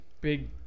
big